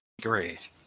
Great